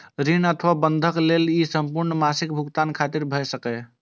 ऋण अथवा बंधक लेल ई संपूर्ण मासिक भुगतान खातिर भए सकैए